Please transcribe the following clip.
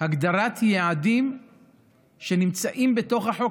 הגדרת יעדים שנמצאים בתוך החוק,